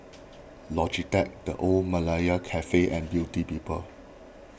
Logitech the Old Malaya Cafe and Beauty People